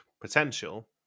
potential